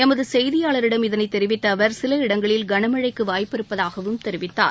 எமது செய்தியாளிடம் இதனைத் தெரிவித்த அவர் சில இடங்களில் கனமழைக்கு வாய்ப்பு இருப்பதாகவும் தெரிவித்தார்